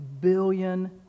billion